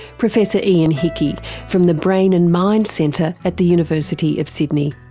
professor ian hickie from the brain and mind centre at the university of sydney.